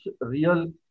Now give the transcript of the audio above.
real